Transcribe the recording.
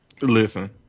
Listen